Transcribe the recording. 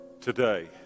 today